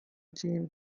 jane